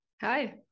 Hi